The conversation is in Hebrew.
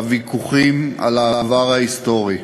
בוויכוחים על העבר ההיסטורי.